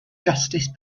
justice